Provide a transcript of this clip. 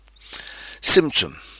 Symptom